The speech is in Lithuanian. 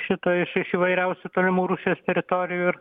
šito iš iš įvairiausių tolimų rusijos teritorijų ir